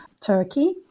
Turkey